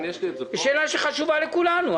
שהתשובה עליה חשובה לכולנו.